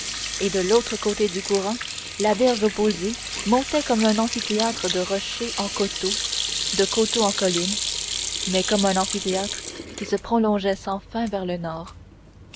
et de l'autre côté du courant la berge opposée montait comme un amphithéâtre de rocher en coteau de coteau en colline mais comme un amphithéâtre qui se prolongeait sans fin vers le nord